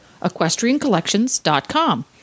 EquestrianCollections.com